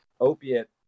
opiate